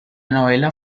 novela